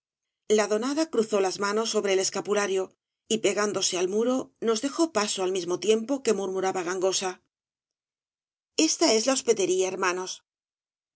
la donada cruzó las manos sobre el escapulario y pegándose al muro nos dejó paso al mismo tiempo que murmuraba gangosa esta es la hospedería hermanos